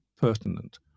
pertinent